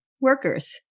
workers